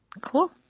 Cool